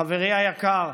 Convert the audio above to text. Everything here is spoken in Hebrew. חברי היקר,